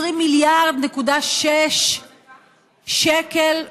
20.6 מיליארד שקל מכספנו,